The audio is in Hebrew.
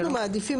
אנחנו מעדיפים,